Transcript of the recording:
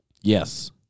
yes